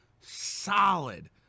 solid